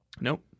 Nope